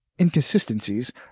inconsistencies